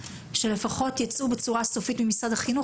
שלפחות ייצאו בצורה סופית ממשרד החינוך.